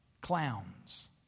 Clowns